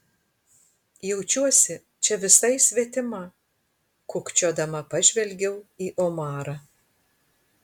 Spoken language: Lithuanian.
jaučiuosi čia visai svetima kukčiodama pažvelgiau į omarą